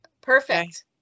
perfect